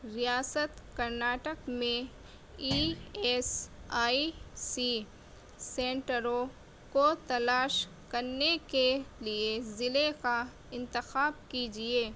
ریاست کرناٹک میں E S I C سینٹروں کو تلاش کرنے کے لیے ضلعے کا انتخاب کیجیے